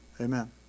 Amen